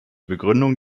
begründung